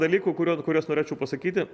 dalykų kuriuo kuriuos norėčiau pasakyti